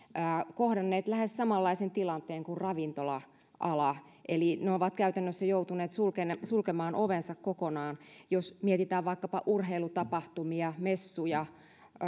kohdanneet lähes samanlaisen tilanteen kuin ravintola ala eli ne ovat käytännössä joutuneet sulkemaan sulkemaan ovensa kokonaan jos mietitään vaikkapa urheilutapahtumia messuja ja